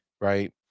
right